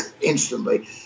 instantly